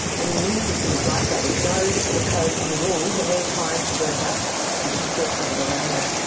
and the immune system is like that. it knows the codes and the rules, and we're trying to work out the jigsaw puzzle around that.